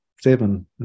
seven